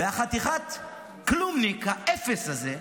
והחתיכת כלומניק, האפס הזה,